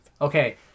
Okay